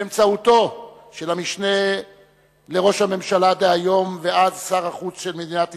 באמצעות המשנה לראש הממשלה דהיום ואז שר החוץ של מדינת ישראל,